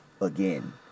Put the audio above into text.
Again